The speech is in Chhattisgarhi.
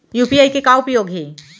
यू.पी.आई के का उपयोग हे?